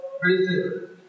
prison